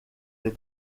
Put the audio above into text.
les